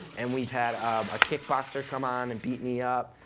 and we've had a kick boxer come on and beat me up.